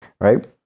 right